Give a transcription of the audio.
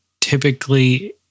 typically